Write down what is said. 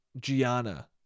Gianna